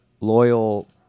loyal